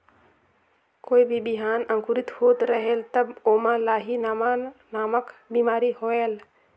कोई भी बिहान अंकुरित होत रेहेल तब ओमा लाही नामक बिमारी होयल?